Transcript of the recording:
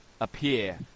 appear